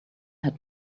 had